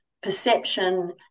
perception